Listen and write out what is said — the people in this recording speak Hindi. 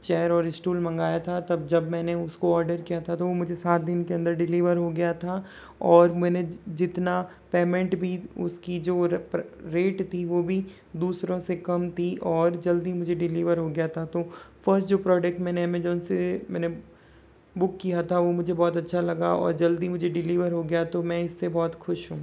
चेयर और स्टूल मंगवाया था तब जब मैंने उसको आर्डर किया था तो वो मुझे सात दिन क अंदर डिलीवर हो गया था और मैंने जितना पैमेंट भी उसकी जो रेट थी वो भी दूसरों से कम थी और जल्दी मुझे डिलीवर हो गया था तो फर्स्ट जो प्रोडक्ट मैंने अमेजोन से मैंने बुक किया था वो मुझे बहुत अच्छा लगा और वो मुझे जल्दी डिलीवर हो गया तो मैं इससे बहुत खुश हूँ